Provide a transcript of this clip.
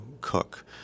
cook